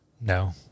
No